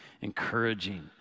encouraging